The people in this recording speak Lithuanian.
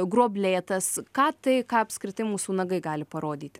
gruoblėtas ką tai ką apskritai mūsų nagai gali parodyti